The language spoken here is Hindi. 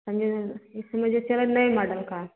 हाँ जी इसमें जो चला नए मॉडेल का